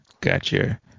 Gotcha